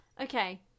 Okay